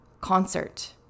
concert